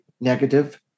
negative